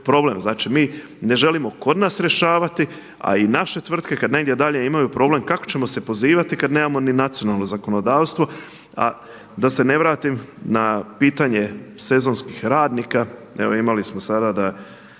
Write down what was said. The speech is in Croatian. Znači mi ne želimo kod nas rješavati, a i naše tvrtke kada negdje dalje imaju problem kako ćemo se pozivati kada nemamo ni nacionalno zakonodavstvo. A da se ne vratim na pitanje sezonskih radnika, evo imali smo sada da